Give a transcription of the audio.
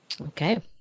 Okay